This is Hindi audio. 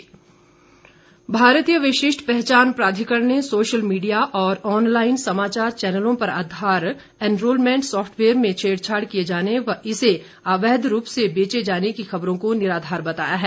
प्राधिकरण भारतीय विशिष्ट पहचान प्राधिकरण ने सोशल मीडिया और ऑनलाइन समाचार चैनलों पर आधार एनरोलमेंट सॉफ्टवेयर में छेडछाड किए जाने व इसे अवैध रूप से बेचे जाने की खबरों को निराधार बताया है